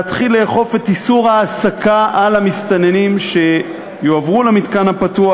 להתחיל לאכוף את איסור העבודה על המסתננים שיועברו למתקן הפתוח.